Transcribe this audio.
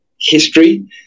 history